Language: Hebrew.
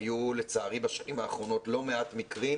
היו, לצערי, בשנים האחרונות לא מעט מקרים